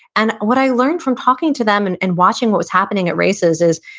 and what i learned from talking to them and and watching what was happening at races is,